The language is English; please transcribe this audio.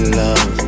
love